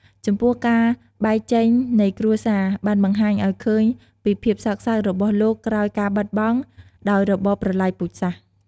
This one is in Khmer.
ចំពោះការបែកចេញនៃគ្រួសារបានបង្ហាញឲ្យឃើញពីភាពសោកសៅរបស់លោកក្រោយការបាត់បង់ ដោយរបបប្រលៃពូជសាសន៍។